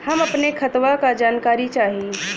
हम अपने खतवा क जानकारी चाही?